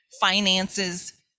finances